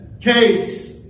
case